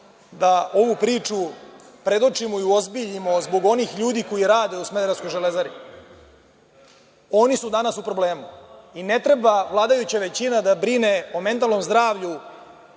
da ovu priču predočimo i uozbiljimo, zbog onih ljudi koji rade u smederevskoj „Železari“. Oni su danas u problemu i ne treba vladajuća većina da brine o mentalnom zdravlju